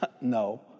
No